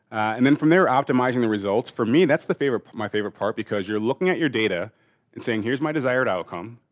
and then from there optimizing the results. for me that's the my favorite part because you're looking at your data and saying here's my desired outcome,